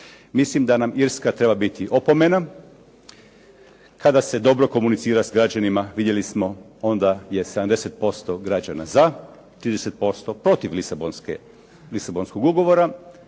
Mislim da nam Irska treba biti opomena, kada se dobro komunicira s građanima vidjeli smo onda je 70% građana za, a 30% protiv Lisabonskog ugovora,